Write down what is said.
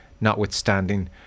notwithstanding